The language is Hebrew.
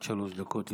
עד שלוש דקות לרשותך.